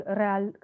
real